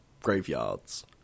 graveyards